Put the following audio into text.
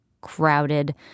crowded